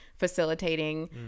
facilitating